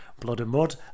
bloodandmud